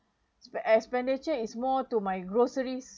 expenditure is more to my groceries